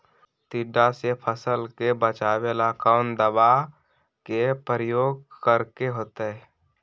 टिड्डा से फसल के बचावेला कौन दावा के प्रयोग करके होतै?